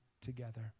together